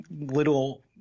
little